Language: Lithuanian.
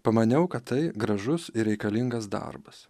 pamaniau kad tai gražus ir reikalingas darbas